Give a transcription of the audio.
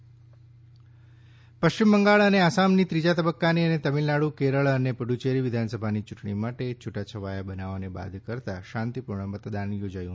વિધાનસભા ચૂંટણી પશ્ચિમ બંગાળ અને આસામની ત્રીજા તબક્કાની અને તમિળનાડુ કેરળ અને પુડુચ્ચેરી વિધાનસભાની યુંટણી માટે છુટા છવાયા બનાવોને બાદ કરતાં શાંતિપૂર્ણ મતદાન યોજાયું